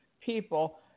people